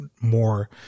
more